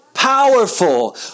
powerful